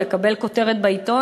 לקבל כותרת בעיתון.